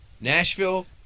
Nashville